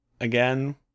again